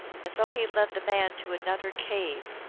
and so he led the man to another cave,